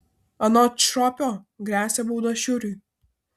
anot šopio gresia bauda šiuriui